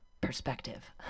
perspective